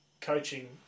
coaching